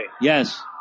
Yes